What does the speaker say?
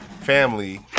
family